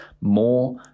more